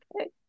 okay